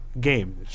game